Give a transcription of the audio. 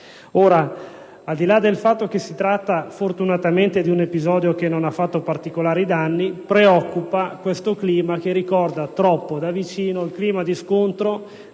Al di là del fatto che si tratta fortunatamente di un episodio che non ha prodotto particolari danni, preoccupa questo clima, che ricorda troppo da vicino il clima di scontro